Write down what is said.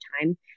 time